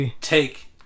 Take